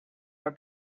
are